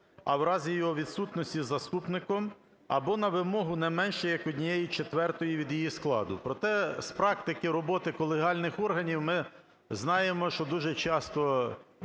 а в разі його відсутності заступником або на вимогу не менш як однієї четвертої від її складу. Проте з практики роботи колегіальних органів ми знаємо, що дуже часто